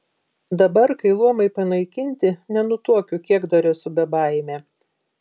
dabar kai luomai panaikinti nenutuokiu kiek dar esu bebaimė